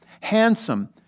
handsome